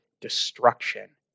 destruction